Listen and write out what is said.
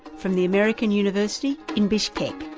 from the american university in bishkek.